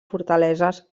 fortaleses